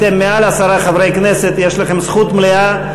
אתם מעל עשרה חברי כנסת, יש לכם זכות מלאה.